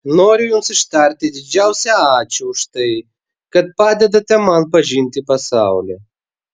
noriu jums ištarti didžiausią ačiū už tai kad padedate man pažinti pasaulį